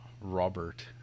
robert